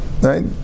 right